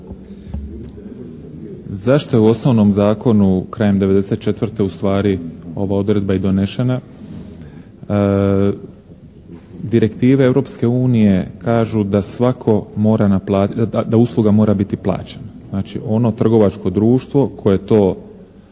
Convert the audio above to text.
zašto je u osnovnom zakonu krajem '94. ustvari ova odredba i donešena. Direktive Europske unije kažu da svatko mora, da usluga mora biti plaćena. Znači ono trgovačko društvo koje